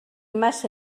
massa